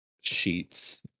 sheets